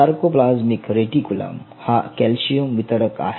sarcoplasmic reticulum हा calcium वितरक आहे